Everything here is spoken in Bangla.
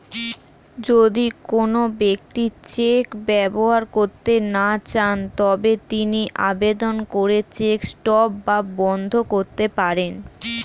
যদি কোন ব্যক্তি চেক ব্যবহার করতে না চান তবে তিনি আবেদন করে চেক স্টপ বা বন্ধ করতে পারেন